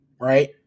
right